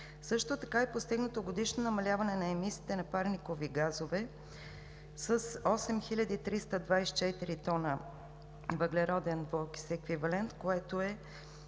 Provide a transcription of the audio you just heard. Също така е постигнато годишно намаляване на емисиите на парникови газове с 8324 тона въглероден двуокис еквивалент, което е